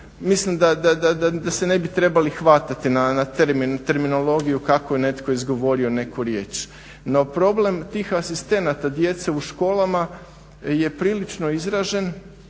mislim da se ne bi trebali hvatati na terminologiju kako je netko izgovorio neku riječ. No, problem tih asistenata djece u školama je prilično izražen